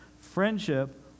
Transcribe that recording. Friendship